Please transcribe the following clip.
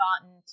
gotten